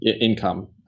Income